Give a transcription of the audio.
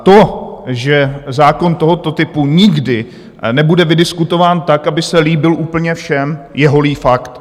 To, že zákon tohoto typu nikdy nebude vydiskutován tak, aby se líbil úplně všem, je holý fakt.